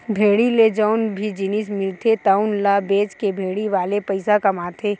भेड़ी ले जउन भी जिनिस मिलथे तउन ल बेचके भेड़ी वाले पइसा कमाथे